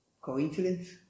Coincidence